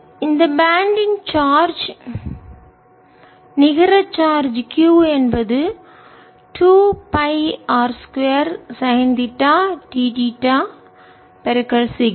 இந்த பேண்ட் ன் சார்ஜ் நிகர சார்ஜ் q என்பது 2 pi R 2 sine theta d theta sigma